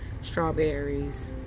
strawberries